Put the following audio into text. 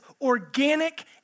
organic